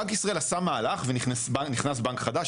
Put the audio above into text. בנק ישראל עשה מהלך ונכנס בנק חדש,